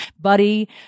buddy